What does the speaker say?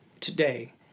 today